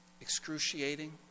excruciating